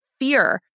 fear